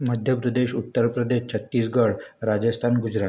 Madhya Pradesh Uttar Pradesh Chhattisgarh Rajasthan Gujarat